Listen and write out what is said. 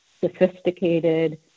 sophisticated